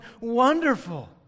wonderful